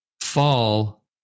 fall